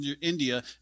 India